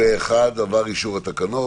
הצבעה התקנות